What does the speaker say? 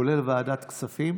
כולל ועדת הכספים,